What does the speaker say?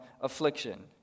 affliction